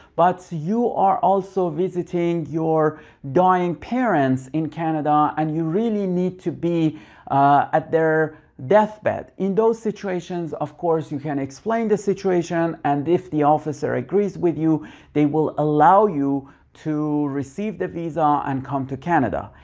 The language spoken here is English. but you are also visiting your dying parents in canada and you really need to be at their deathbed. in those situations of course you can explain the situation and if the officer agrees with you they will allow you to receive the visa and come to canada.